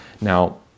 Now